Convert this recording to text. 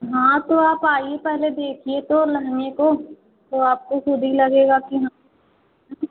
हाँ तो आप आइए पहले देखिए तो लममि को वो आपको ख़ुद ही लगेगा कि हाँ